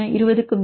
20 க்கு மேல்